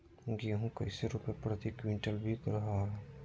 गेंहू कैसे रुपए प्रति क्विंटल बिक रहा है?